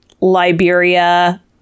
Liberia